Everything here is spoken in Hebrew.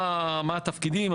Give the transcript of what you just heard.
מה התפקידים?